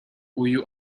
uyu